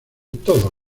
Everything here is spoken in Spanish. todos